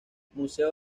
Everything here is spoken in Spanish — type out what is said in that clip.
museo